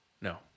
No